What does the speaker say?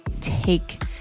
take